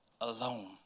alone